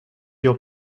your